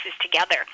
together